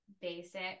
basic